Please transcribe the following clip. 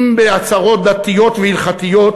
אם בהצהרות דתיות והלכתיות,